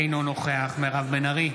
אינו נוכח מירב בן ארי,